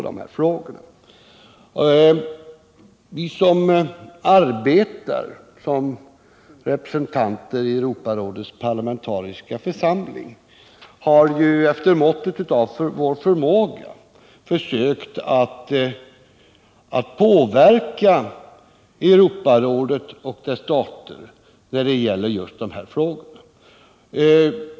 Vi som arbetar som representanter i Europarådets parlamentariska församling har ju efter måttet av vår förmåga försökt påverka Europarådet och dess medlemsstater när det gäller just de här frågorna.